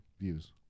Views